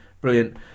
Brilliant